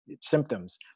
symptoms